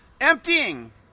emptying